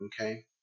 Okay